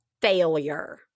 failure